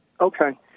Okay